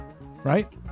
Right